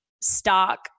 stock